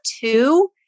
two